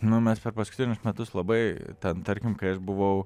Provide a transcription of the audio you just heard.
nu mes per paskutinius metus labai ten tarkim kai aš buvau